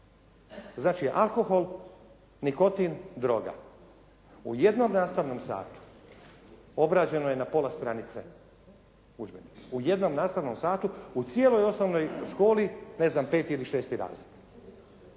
Znači alkohol, nikotin, droga. U jednom nastavnom satu obrađeno je na pola stranice udžbenika. U jednom nastavku satu u cijeloj osnovnoj školi, ne znam peti ili šesti razred.